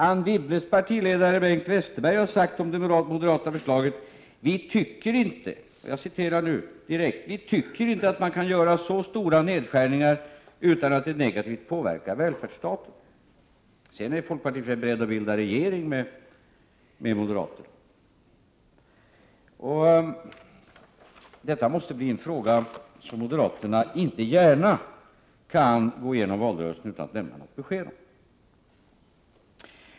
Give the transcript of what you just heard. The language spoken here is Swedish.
Anne Wibbles partiledare Bengt Westerberg har om det moderata förslaget sagt: ”Vi tycker inte att man kan göra så stora nedskärningar utan att det negativt påverkar välfärdsstaten.” Ändå är folkpartiet berett att bilda regering med moderaterna. Detta måste bli en fråga som moderaterna inte gärna kan gå igenom valrörelsen utan att lämna något besked om.